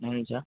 हुन्छ